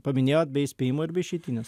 paminėjot be įspėjimo ir be išeitinės